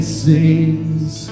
sings